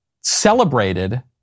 celebrated